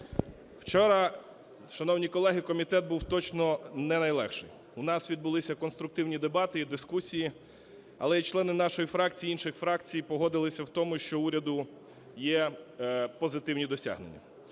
Вчора, шановні колеги, комітет був точно не найлегшим. У нас відбулися конструктивні дебати і дискусії, але і члени нашої фракції, і інших фракцій погодилися в тому, що в уряду є позитивні досягнення.